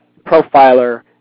Profiler